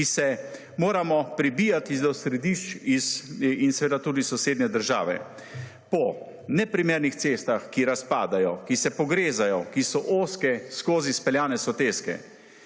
ki se moramo pribijati iz središč in seveda tudi sosednje države po neprimernih cestah, ki razpadajo, ki se pogrezajo, ki so ozke skozi speljane soteske,